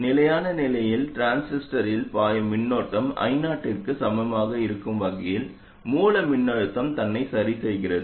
நிலையான நிலையில் டிரான்சிஸ்டரில் பாயும் மின்னோட்டம் I0 க்கு சமமாக இருக்கும் வகையில் மூல மின்னழுத்தம் தன்னை சரிசெய்கிறது